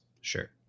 Sure